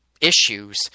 issues